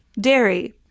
Dairy